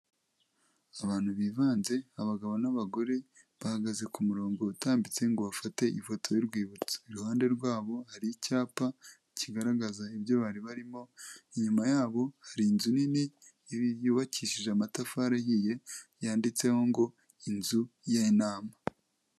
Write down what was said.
Abantu bivanze abagabo n'abagore bahagaze ku murongo utambitse ngo bafate ifoto y'urwibutso, iruhande rwabo hari icyapa kigaragaza ibyo bari barimo, inyuma yabo hari inzu nini yubakishije amatafari ahiye yanditseho ngo inzu y'inama.